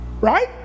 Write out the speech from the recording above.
Right